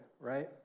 right